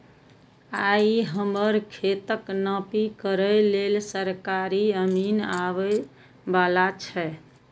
आइ हमर खेतक नापी करै लेल सरकारी अमीन आबै बला छै